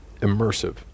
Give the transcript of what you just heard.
immersive